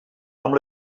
amb